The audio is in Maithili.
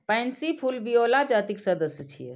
पैंसी फूल विओला जातिक सदस्य छियै